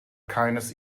keines